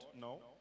No